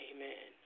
Amen